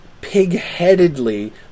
pig-headedly